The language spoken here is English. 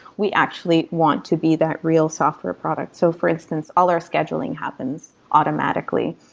we actually want to be that real software product. so for instance, all our scheduling happens automatically.